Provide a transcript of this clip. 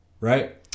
right